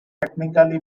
technically